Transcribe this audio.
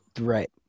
Right